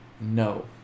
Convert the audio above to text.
No